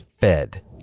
fed